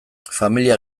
familia